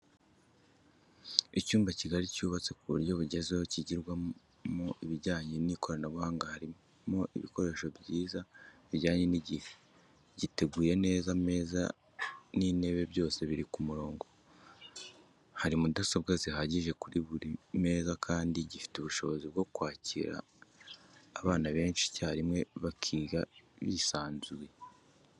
Icyumba kigari cyubatse ku buryo bwugezweho kigirwamo ibijyanye n'ikoranabuhanga, harimo ibikoresho byiza bijyanye n'igihe, giteguye neza, ameza n'intebe byose biri ku murongo, hari mudasobwa zihagije kuri buri meza kandi gifite ubushobozi bwo kwakira abana benshi icyarimwe bakiga bisanzuye.